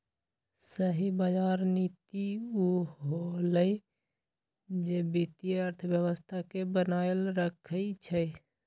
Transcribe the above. सही बजार नीति उ होअलई जे वित्तीय अर्थव्यवस्था के बनाएल रखई छई